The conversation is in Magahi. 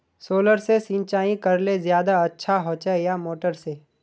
सोलर से सिंचाई करले ज्यादा अच्छा होचे या मोटर से?